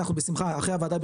אחרי הוועדה,